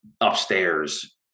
upstairs